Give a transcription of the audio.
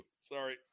Sorry